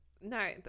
No